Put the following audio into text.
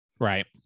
Right